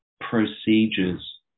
procedures